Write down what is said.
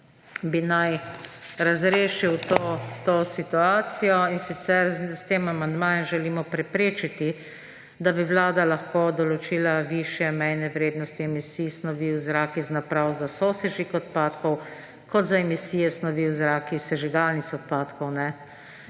ki naj bi razrešil to situacijo. S tem amandmajem želimo preprečiti, da bi vlada lahko določila višje mejne vrednosti emisij snovi v zrak iz naprav za sosežig odpadkov kot za emisije snovi v zrak iz sežigalnic odpadkov.